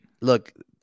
Look